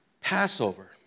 Passover